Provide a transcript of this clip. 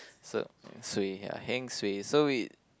so suay ah heng suay so wait